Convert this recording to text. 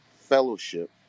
fellowship